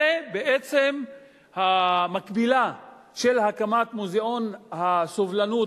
זה בעצם המקבילה של הקמת מוזיאון הסובלנות